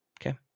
Okay